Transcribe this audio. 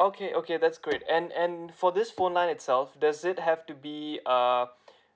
okay okay that's great and and for this phone line itself does it have to be uh